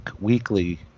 weekly